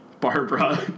Barbara